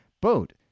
boat